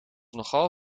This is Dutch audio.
nogal